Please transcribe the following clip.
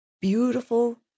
beautiful